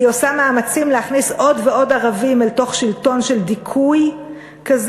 היא עושה מאמצים להכניס עוד ועוד ערבים אל תוך שלטון של דיכוי כזה?